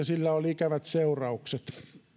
sillä oli ikävät seuraukset